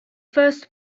first